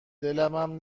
دلمم